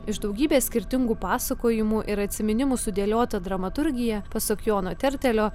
iš daugybės skirtingų pasakojimų ir atsiminimų sudėliota dramaturgija pasak jono tertelio